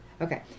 Okay